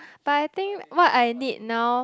but I think what I need now